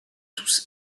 tous